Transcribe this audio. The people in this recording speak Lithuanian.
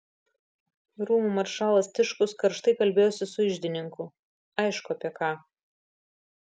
rūmų maršalas tiškus karštai kalbėjosi su iždininku aišku apie ką